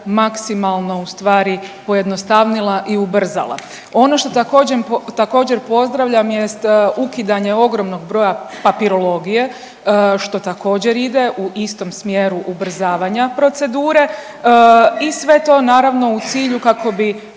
maksimalno pojednostavnila i ubrzala. Ono što također pozdravljam jest ukidanje ogromnog broja papirologije što također ide u istom smjeru ubrzavanja procedure i sve to naravno u cilju kako bi